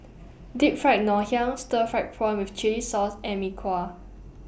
Deep Fried Ngoh Hiang Stir Fried Prawn with Chili Sauce and Mee Kuah